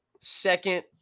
second